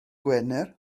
gwener